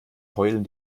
heulen